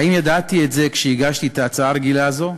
האם ידעתי את זה כשהגשתי את ההצעה הרגילה הזו?